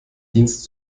dienst